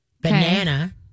banana